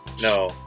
No